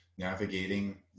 navigating